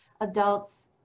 adults